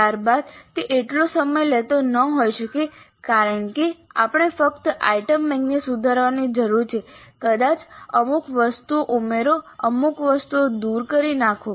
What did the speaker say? ત્યારબાદ તે એટલો સમય લેતો ન હોઈ શકે કારણ કે આપણે ફક્ત આઇટમ બેંકને સુધારવાની જરૂર છે કદાચ અમુક વસ્તુઓ ઉમેરો અમુક વસ્તુઓ દુર કરી નાખો